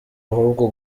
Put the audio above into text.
ahubwo